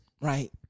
Right